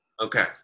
Okay